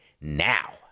now